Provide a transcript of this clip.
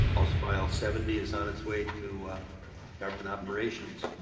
house file seventy is on its way to government operations.